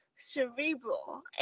cerebral